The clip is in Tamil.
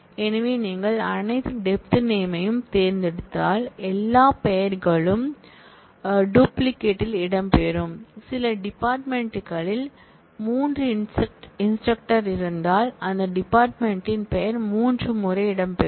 எனவே நீங்கள் அனைத்து டெப்த் நேம் யும் தேர்ந்தெடுத்தால் எல்லா பெயர்களும் டூப்ளிகேட் டன் இடம்பெறும் சில டிபார்ட்மென்ட் களில் 3 இன்ஸ்ட்ரக்டர் இருந்தால் அந்த டிபார்ட்மென்ட் யின் பெயர் மூன்று முறை இடம்பெறும்